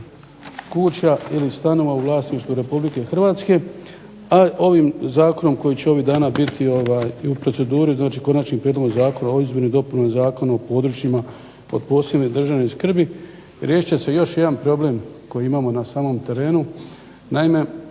kuća ili stanova u vlasništvu Republike Hrvatske. A ovim zakonom koji će ovih dana biti i u proceduri, znači Konačnim prijedlogom zakona o izmjeni i dopuni Zakona o područjima od posebne državne skrbi riješit će se i još jedan problem koji imamo na samom terenu.